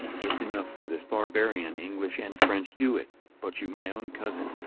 it's enough for this barbarian english and french do it, but you my own cousin,